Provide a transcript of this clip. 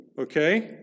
okay